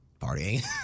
partying